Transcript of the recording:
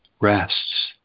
rests